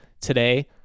today